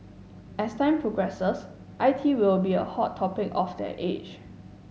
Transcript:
as time progresses I T will be a hot topic of that age